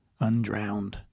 undrowned